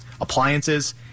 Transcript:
appliances